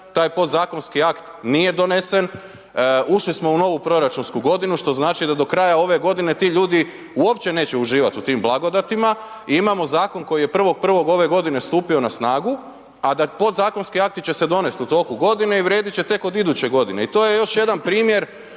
taj podzakonski akt nije donesen. Ušli smo u novu proračunsku godinu, što znači da do kraja ove godine ti ljudi uopće neće uživati u tim blagodatima i imamo zakon koji je 1.1. ove godine stupio na snagu, a da podzakonski akti će se donesti u toku godine i vrijedit će tek od iduće godine i to je još jedan primjer